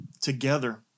together